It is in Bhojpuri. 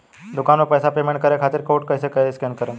दूकान पर पैसा पेमेंट करे खातिर कोड कैसे स्कैन करेम?